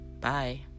bye